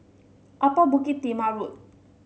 Upper Bukit Timah Road